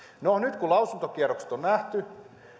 no nyt kun lausuntokierrokset on nähty